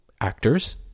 actors